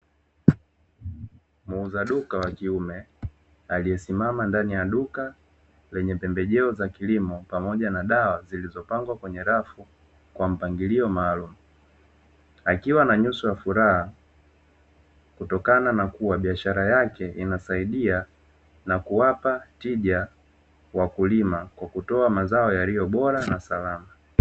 Muuza duka wa kiume aliyesimama ndani ya duka lenye pembejeo za kilimo pamoja na dawa, zilizopangwa kwenye rafu kwa mpangilio maalumu, akiwa na nyuso ya furaha kutokana na kuwa biashara yake inasaidia na kuwapa tija wakulima kwa kutoa mazao yaliyobora na salama.